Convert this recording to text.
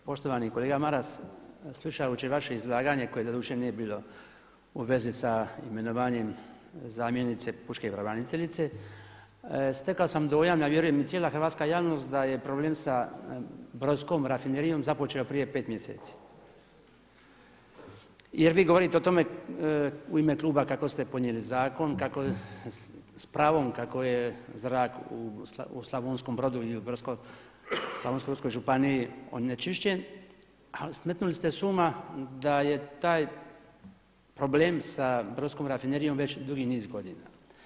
Poštovani kolega Maras, slušajući vaše izlaganje koje doduše nije bilo u vezi sa imenovanjem zamjenice pučke pravobraniteljice, stekao sam dojam, a vjerujem i cijela hrvatska javnost da je problem sa Brodskom rafinerijom započeo prije pet mjeseci jer vi govorite o tome u ime kluba kako ste podnijeli zakon, s pravom kako je zrak u Slavonskom Brodu i slavonsko-brodskoj županiji onečišćen, ali smetnuli ste s uma da je taj problem sa Brodskom rafinerijom već duži niz godina.